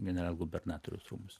generalgubernatoriaus rūmus